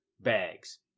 bags